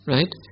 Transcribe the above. Right